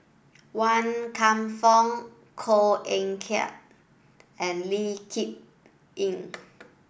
Wan Kam Fook Koh Eng Kian and Lee Kip Lin